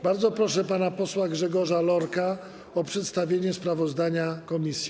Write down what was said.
Bardzo proszę pana posła Grzegorza Lorka o przedstawienie sprawozdania komisji.